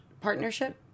partnership